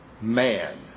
man